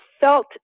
felt